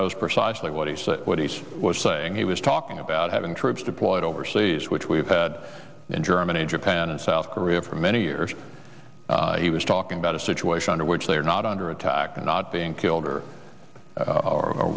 knows precisely what he said what he was saying he was talking about having troops deployed overseas which we've had in germany japan and south korea for many years he was talking about a situation under which they are not under attack and not being killed or